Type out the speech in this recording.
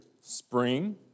spring